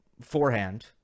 forehand